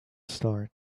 start